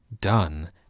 done